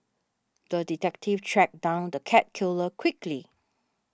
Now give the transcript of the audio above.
the detective tracked down the cat killer quickly